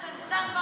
קטנטן,